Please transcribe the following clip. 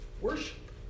worship